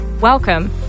Welcome